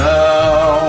now